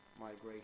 migration